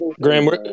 Graham